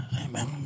Amen